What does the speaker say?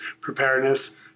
preparedness